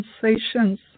sensations